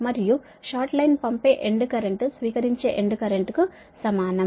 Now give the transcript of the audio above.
మరియు short line పంపే end current స్వీకరించేఎండ్ కరెంట్ కు సమానం